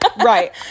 right